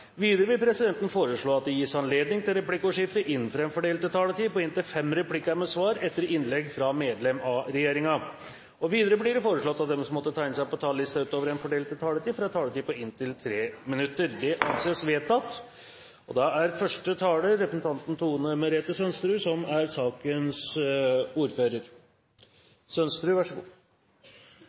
Videre vil presidenten foreslå at det gis anledning til replikkordskifte på inntil fem replikker med svar etter innlegg fra medlem av regjeringen innenfor den fordelte taletid. Videre blir det foreslått at de som måtte tegne seg på talerlisten utover den fordelte taletid, får en taletid på inntil 3 minutter. – Det anses vedtatt.